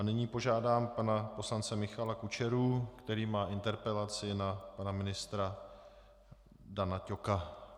Nyní požádám pana poslance Michala Kučeru, který má interpelaci na pana ministra Dana Ťoka.